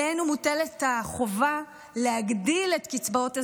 ולכן, עלינו מוטלת החובה להגדיל את קצבאות הזקנה,